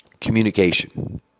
Communication